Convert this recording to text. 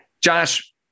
Josh